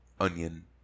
onion